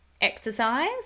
exercise